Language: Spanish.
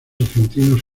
argentinos